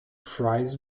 fries